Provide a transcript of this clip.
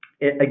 again